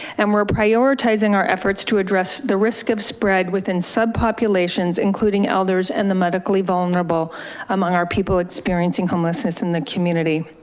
and we're prioritizing our efforts to address the risk of spread within subpopulations, including elders and the medically vulnerable among our people experiencing homelessness in the community.